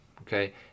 okay